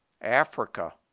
Africa